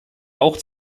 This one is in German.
auch